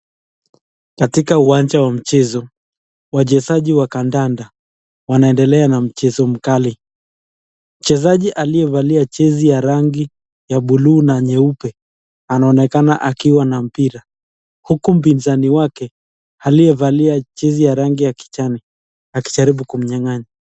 Katika uwanja wa mchezo, wachezaji wa kandanda wanaendelea na mchezo kali. mchezaji aliyevalia jezi ya rangi ya bluu na nyeupe anaonekana akiwa na mpira huku mpinzani wake aliyevalia jezi ya rangi ya kijani, akijaribu kumnyang'anya.